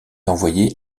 envoyé